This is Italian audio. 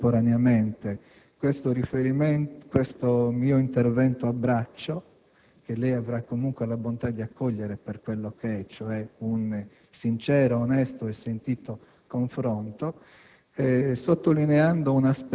Mi permetta di chiudere questo mio intervento a braccio - che lei avrà comunque la bontà di accogliere per ciò che è, vale a dire un sincero, onesto e sentito confronto